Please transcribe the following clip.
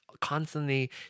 constantly